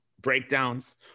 breakdowns